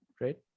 right